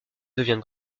devient